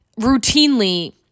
routinely